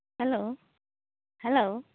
hello hello